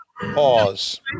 pause